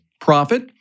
Profit